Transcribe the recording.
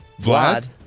Vlad